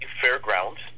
fairgrounds